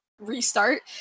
restart